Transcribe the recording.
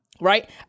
right